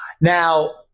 Now